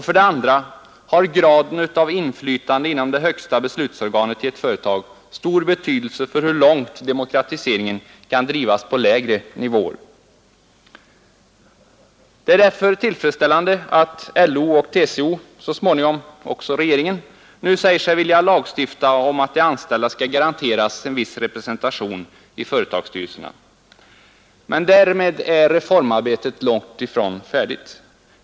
För det andra har graden av inflytande inom det högsta beslutsorganet i ett företag stor betydelse för hur långt demokratiseringen kan drivas på lägre nivåer. Det är därför tillfredsställande att LO och TCO och så småningom även regeringen nu säger sig vilja lagstifta om att de anställda skall garanteras en viss representation i företagsstyrelserna. Men därmed är reformarbetet långt ifrån färdigt.